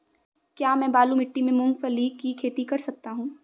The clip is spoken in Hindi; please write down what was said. क्या मैं बालू मिट्टी में मूंगफली की खेती कर सकता हूँ?